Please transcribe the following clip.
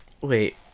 Wait